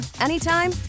anytime